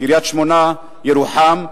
קריית-שמונה וירוחם,